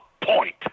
point